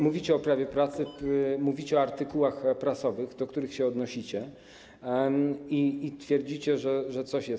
Mówicie o prawie pracy, mówicie o artykułach prasowych, do których się odnosicie, i twierdzicie, że coś jest.